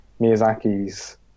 Miyazaki's